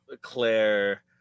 Claire